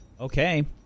Okay